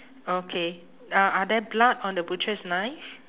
okay uh are there blood on the butcher's knife